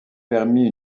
permit